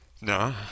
no